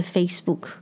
Facebook